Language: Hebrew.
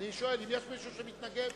אם יש מישהו שמתנגד,